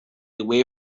away